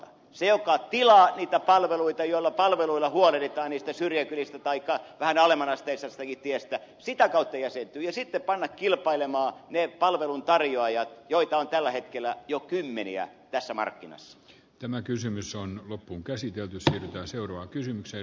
se joka tilaa niitä palveluita joilla palveluilla huolehditaan niistä syrjäkylistä taikka vähän alemmanasteisistakin tiestä sitä kautta jäsentyy ja sitten pannaan kilpailemaan ne palveluntarjoajat joita on tällä hetkellä jo kymmeniä tässä markkinassa tämä kysymys on loppuun käsitelty se että seuraa kysymykseen